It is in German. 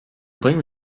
bringt